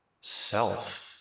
self